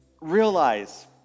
realize